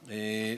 בהן.